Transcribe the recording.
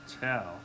tell